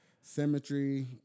symmetry